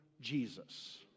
Jesus